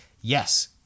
yes